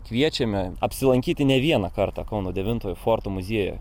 kviečiame apsilankyti ne vieną kartą kauno devintojo forto muziejuje